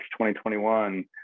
2021